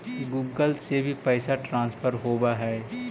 Google से भी पैसा ट्रांसफर होवहै?